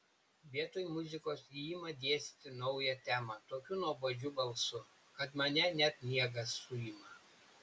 vietoj muzikos ji ima dėstyti naują temą tokiu nuobodžiu balsu kad mane net miegas suima